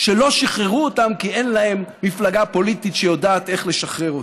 שלא שחררו אותם כי אין להם מפלגה פוליטית שיודעת איך לשחרר אותם.